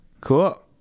Cool